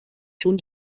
schon